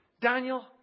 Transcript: Daniel